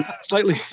Slightly